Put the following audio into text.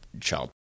child